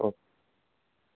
okay